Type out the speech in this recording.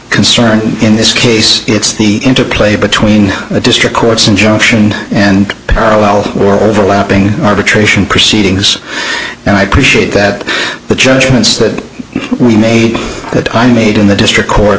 concern in this case it's the interplay between the district court's injunction and the overlapping arbitration proceedings and i appreciate that the judgments that we made that i made in the district court